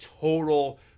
total